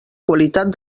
qualitat